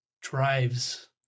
drives